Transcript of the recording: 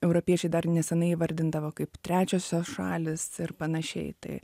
europiečiai dar nesenai įvardindavo kaip trečiosios šalys ir panašiai tai